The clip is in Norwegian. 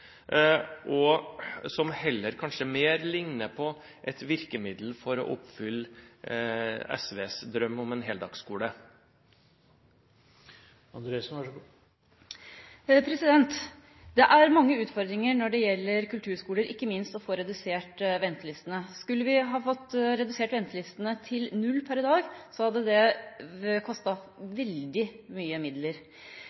og som heller kanskje mer ligner på et virkemiddel for å oppfylle SVs drøm om en heldagsskole? Det er mange utfordringer når det gjelder kulturskole, ikke minst å få redusert ventelistene. Skulle vi ha fått redusert ventelistene til null per i dag, hadde det